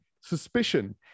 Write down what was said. suspicion